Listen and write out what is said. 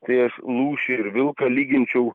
tai aš lūšį ir vilką lyginčiau